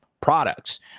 products